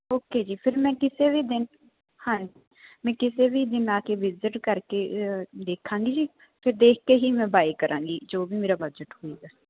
okay ਜੀ ਫਿਰ ਮੈਂ ਕਿਸੇ ਵੀ ਦਿਨ ਹਾਂਜੀ ਮੈਂ ਕਿਸੇ ਵੀ ਦਿਨ ਆ ਕੇ ਵਿਜਿਟ ਕਰਕੇ ਦੇਖਾਂਗੀ ਜੀ ਫਿਰ ਦੇਖ ਕੇ ਹੀ ਮੈਂ ਬਾਏ ਕਰਾਂਗੀ ਜੋ ਵੀ ਮੇਰਾ ਬਜਟ ਹੋਏਗਾ